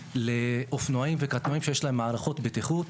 לאופנועים וקטנועים שיש להם מערכות בטיחות.